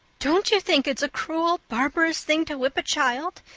don't you think it's a cruel, barbarous thing to whip a child.